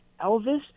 Elvis